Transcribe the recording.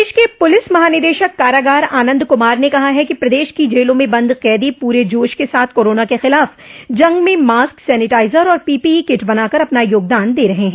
प्रदेश के पुलिस महानिदेशक कारागार आनंद कुमार ने कहा है कि प्रदेश की जेलों में बंद कैदी पूरे जोश के साथ कोरोना के खिलाफ जंग में मास्क सनिटाइजर और पीपीई किट बनाकर अपना योगदान दे रहे हैं